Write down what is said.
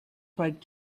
fight